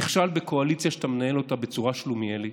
נכשל בקואליציה, שאתה מנהל אותה בצורה שלומיאלית,